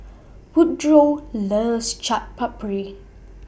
Woodroe loves Chaat Papri